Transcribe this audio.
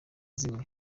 zimwe